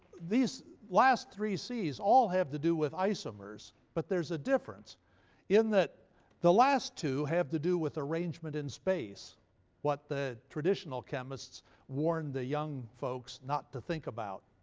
these last three cs all have to do with isomers, but there's a difference in that the last two have to do with arrangement in space what the traditional chemists warned the young folks not to think about,